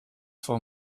for